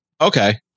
Okay